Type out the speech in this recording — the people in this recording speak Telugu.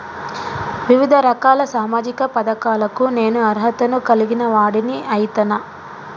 వివిధ రకాల సామాజిక పథకాలకు నేను అర్హత ను కలిగిన వాడిని అయితనా?